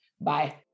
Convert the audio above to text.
Bye